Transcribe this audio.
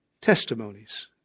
testimonies